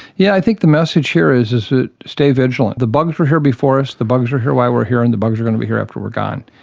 yeah i think the message here is is to stay vigilant. the bugs were here before us, the bugs are here while were here, and the bugs are going to be here after we've gone.